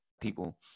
people